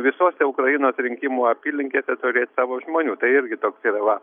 visose ukrainos rinkimų apylinkėse turėt savo žmonių tai irgi toks yra va